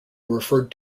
referred